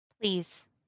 Please